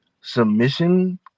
Submission